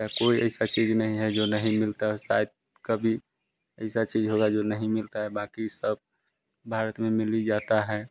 कोई ऐसी चीज़ नहीं है जो नहीं मिलती शायद कभी ऐसी चीज़ होगी जो नहीं मिलती है बाक़ी सब भारत में मिल ही जाता है